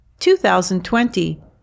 2020